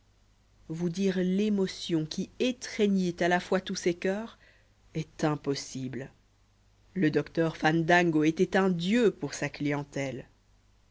vous dire l'émotion qui étreignit à la fois tous ces coeurs est impossible le docteur fandango était un dieu pour sa clientèle